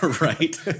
Right